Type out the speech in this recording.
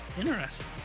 Interesting